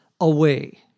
Away